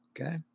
Okay